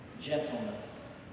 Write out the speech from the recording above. gentleness